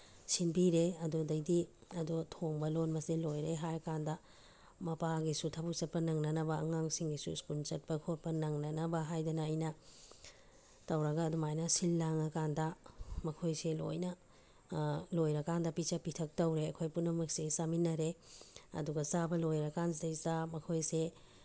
ꯁꯤꯟꯕꯤꯔꯦ ꯑꯗꯨꯗꯒꯤꯗꯤ ꯑꯗꯣ ꯊꯣꯡꯕ ꯂꯣꯟꯕꯁꯦ ꯂꯣꯏꯔꯦ ꯍꯥꯏꯔꯀꯥꯟꯗ ꯃꯄꯥꯒꯤꯁꯨ ꯊꯕꯛ ꯆꯠꯄ ꯅꯪꯅꯅꯕ ꯑꯉꯥꯡꯁꯤꯡꯒꯤꯁꯨ ꯏꯁꯀꯨꯟ ꯆꯠꯄ ꯈꯣꯠꯄ ꯅꯪꯅꯅꯕ ꯍꯥꯏꯗꯅ ꯑꯩꯅ ꯇꯧꯔꯒ ꯑꯗꯨꯃꯥꯏꯅ ꯁꯤꯜ ꯂꯥꯡꯉꯀꯥꯟꯗ ꯃꯈꯣꯏꯁꯦ ꯂꯣꯏꯅ ꯂꯣꯏꯔꯀꯥꯟꯗ ꯄꯤꯖ ꯄꯤꯊꯛ ꯇꯧꯔꯦ ꯑꯩꯈꯣꯏ ꯄꯨꯝꯅꯃꯛꯁꯦ ꯆꯥꯃꯤꯟꯅꯔꯦ ꯑꯗꯨꯒ ꯆꯥꯕ ꯂꯣꯏꯔꯀꯥꯟꯁꯤꯗꯩꯗ ꯃꯈꯣꯏꯁꯦ